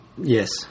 Yes